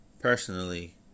personally